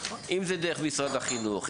אם זה דרככם ואם זה דרך משרד החינוך,